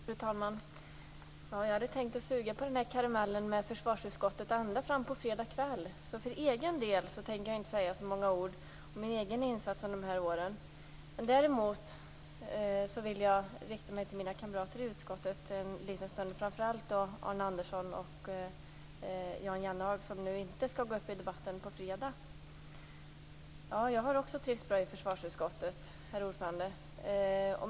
Fru talman! Jag hade tänkt suga på karamellen med försvarsutskottet ända till fredag kväll. För min del tänker jag inte säga så många ord om min egen insats under de här åren. Däremot vill jag rikta mig till mina kamrater i utskottet en liten stund, framför allt Arne Andersson och Jan Jennehag som inte skall gå upp i debatten på fredag. Jag har också trivts bra i försvarsutskottet.